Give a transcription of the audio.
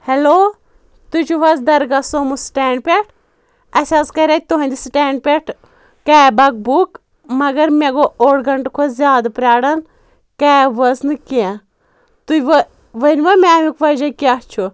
hello تُہۍ چھو حظ دَرگاہ سومو سِٹینٛڈ پؠٹھ اَسہِ حظ کَرے تُہُنٛدِ سِٹینٛڈ پؠٹھ کیب اَکھ بُک مَگر مےٚ گوٚو اوٚڈ گَنٛٹہٕ کھۄتہٕ زِیادٕ پیاران کیب وٲژ نہٕ کینٛہہ تُہۍ ؤ ؤنوٕ مےٚ امِیُک وَجہ کیٛاہ چھُ